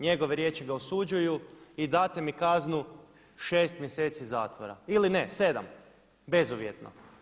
Njegove riječi ga osuđuju i date mi kaznu 6 mjeseci zatvora, ili ne 7 bezuvjetno.